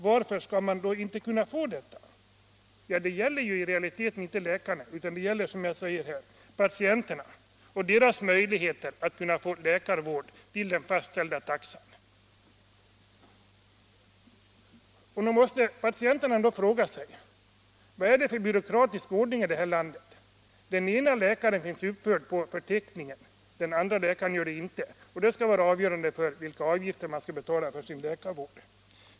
Varför skall man då inte kunna få detta? Det gäller ju i realiteten inte läkarna utan det gäller, som jag här har sagt, patienterna och deras möjligheter att få läkarvård till den fastställda taxan. Nog måste patienterna ändå fråga sig: Vad är det för byråkratisk ordning i det här landet? Den ene läkaren finns uppförd på förteckningen men inte den andre, och det skall vara avgörande för vilka avgifter man skall betala för sin läkarvård.